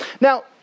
Now